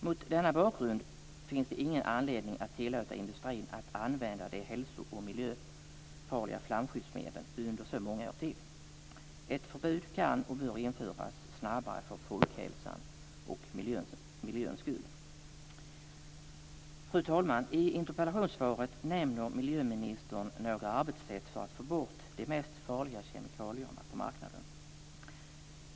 Mot denna bakgrund finns det ingen anledning att tillåta industrin att använda de hälso och miljöfarliga flamskyddsmedlen under så många år till. Ett förbud kan och bör införas snabbare för folkhälsans och miljöns skull. Fru talman! I interpellationssvaret nämner miljöministern några arbetssätt för att få bort de mest farliga kemikalierna på marknaden.